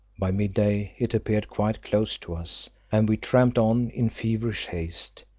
by mid-day it appeared quite close to us, and we tramped on in feverish haste.